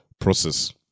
process